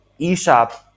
eShop